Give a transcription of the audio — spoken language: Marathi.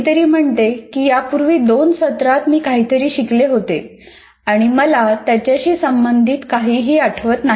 कोणीतरी म्हणते की यापूर्वी दोन सत्रात मी काहीतरी शिकले होते आणि मला त्याच्याशी संबंधित काहीही आठवत नाही